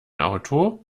auto